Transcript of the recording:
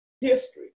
history